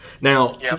Now